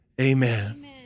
Amen